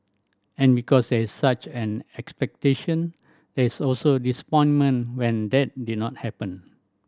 and because is such an expectation there is also disappointment when that did not happen